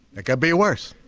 it could be worse